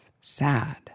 sad